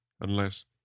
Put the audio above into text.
Unless—